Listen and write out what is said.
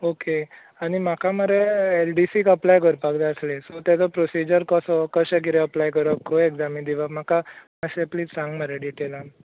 okay आनी म्हाका मरे एल डी सीक एप्लाय करपाक जाय आसले सो तजो प्रॉसिजर कसो कशें कितें एप्लाय करपाक खंय एग्जामी दिवप मात्शे प्लिज सांग मरे डिटेलान